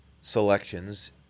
selections